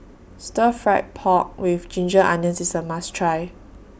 Stir Fry Pork with Ginger Onions IS A must Try